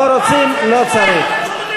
לא רוצים לשמוע.